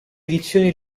edizioni